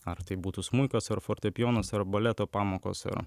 ar tai būtų smuikas ar fortepijonas ar baleto pamokos ar